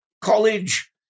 college